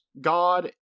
god